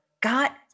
got